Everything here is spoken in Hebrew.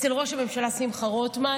אצל ראש הממשלה שמחה רוטמן,